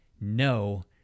no